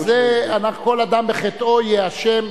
גם זה, כל אדם בחטאו יהיה אשם.